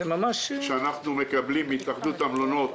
אנחנו מקבלים מהתאחדות המלונות